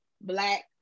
black